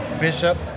Bishop